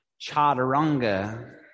chaturanga